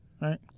right